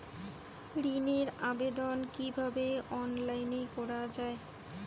ঋনের আবেদন কিভাবে অনলাইনে করা যায়?